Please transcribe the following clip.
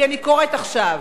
כי אני קוראת עכשיו,